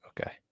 Okay